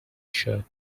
shirt